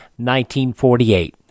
1948